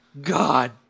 God